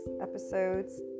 Episodes